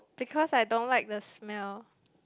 because I don't like the smell